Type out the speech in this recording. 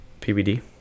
PBD